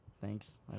Thanks